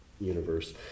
universe